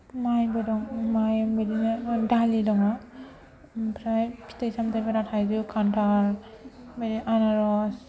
मायबो दं माय बेबादिनो दालि दङ ओमफ्राय फिथाइ सामथायफोरा थाइजौ खान्थाल माने आनारस